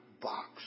box